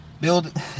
build